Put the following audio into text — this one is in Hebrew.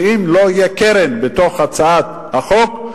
שאם לא תהיה קרן בתוך הצעת החוק,